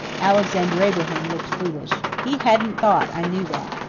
alexander abraham looked foolish. he hadn't thought i knew that.